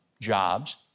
jobs